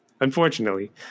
Unfortunately